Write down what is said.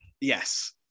yes